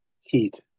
Heat